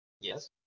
Yes